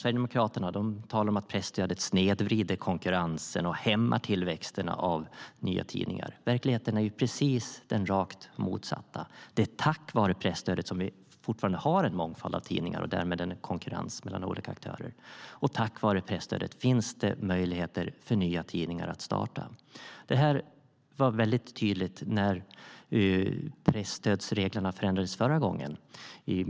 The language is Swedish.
Sverigedemokraterna talar om att presstödet snedvrider konkurrensen och hämmar tillväxten av nya tidningar. Verkligheten är precis den rakt motsatta. Det är tack vare presstödet som vi fortfarande har en mångfald av tidningar och därmed en konkurrens mellan olika aktörer. Tack vare presstödet finns det möjligheter för nya tidningar att starta. Det var väldigt tydligt när presstödsreglerna förändrades förra gången.